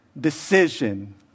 decision